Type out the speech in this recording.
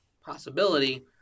possibility